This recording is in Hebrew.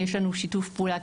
יש לנו שיתוף פעולה